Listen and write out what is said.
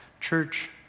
Church